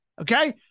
okay